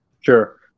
Sure